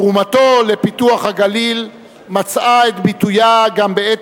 תרומתו לפיתוח הגליל מצאה את ביטויה גם בעת